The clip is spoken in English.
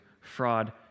Fraud